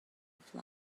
fly